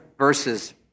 verses